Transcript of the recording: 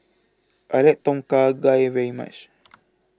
I like Tom Kha Gai very much